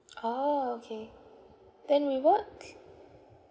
ah okay then rewards